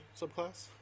subclass